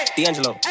D'Angelo